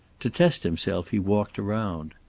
to test himself he walked around.